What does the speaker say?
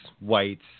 whites